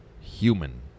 human